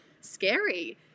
scary